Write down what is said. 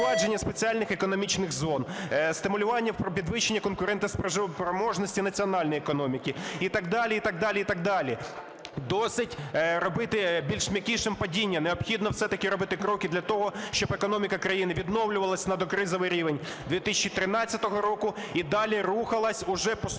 Досить робити більш м'якішим падіння, необхідно все-таки робити кроки для того, щоб економіка країни відновлювалася на докризовий рівень 2013 року і далі рухалася уже поступово…